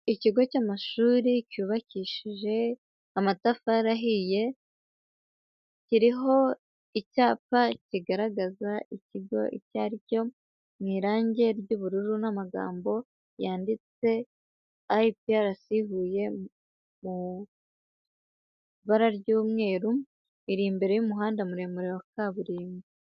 Ikigo cy'amashuri cyubakishije amatafari ahiye, kiriho icyapa kigaragaza ikigo icyo ari cyo mu irangi ry'ubururu n'amagambo yanditse IPRC Huye mu ibara ry'umweru, iri imbere y'umuhanda muremure wa kaburimbo.